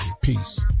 Peace